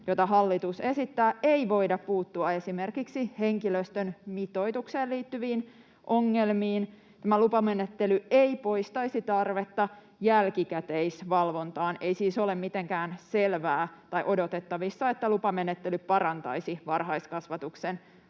jota hallitus esittää, ei voida puuttua esimerkiksi henkilöstön mitoitukseen liittyviin ongelmiin ja tämä lupamenettely ei poistaisi tarvetta jälkikäteisvalvontaan. Ei siis ole mitenkään selvää tai odotettavissa, että lupamenettely parantaisi varhaiskasvatuksen laatua,